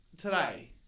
Today